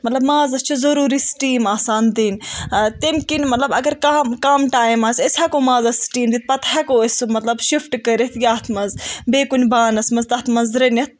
مطلب مازَس چھِ ضروری سِٹیٖم آسان دِنۍ تمہِ کِن مطلب اگر کانٛہہ کَم ٹایم آسہِ أسۍ ہیکو مازَس سِٹیٖم دِتھ پَتہٕ ہیکو أسۍ سُہ مطلب شِفٹ کٔرِتھ یَتھ منٛز بییہِ کُنہِ بانس منٛز تَتھ منٛز رٔنِتھ